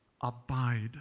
abide